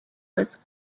was